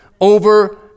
Over